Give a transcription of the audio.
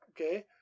okay